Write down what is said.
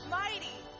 mighty